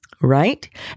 right